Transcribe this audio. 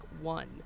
one